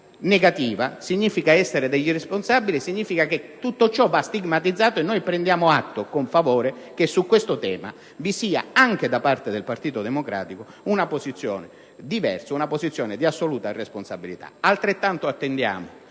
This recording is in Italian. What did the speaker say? negativa, significa essere degli irresponsabili. Tutto ciò va stigmatizzato e prendiamo atto con favore che su questo tema vi sia anche da parte del Partito Democratico una posizione diversa, di assoluta responsabilità. Altrettanto attendiamo